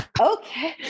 Okay